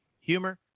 humor